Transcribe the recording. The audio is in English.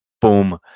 boom